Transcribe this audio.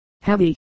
heavy